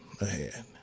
ahead